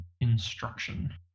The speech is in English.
instruction